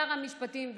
שר המשפטים,